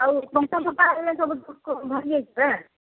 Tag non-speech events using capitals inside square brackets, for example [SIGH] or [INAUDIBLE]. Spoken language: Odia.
ଆଉ [UNINTELLIGIBLE] ସବୁ ସୁଖୋଉ ଭାଙ୍ଗି ଯାଇଛି ପରା